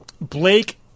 Blake